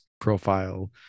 profile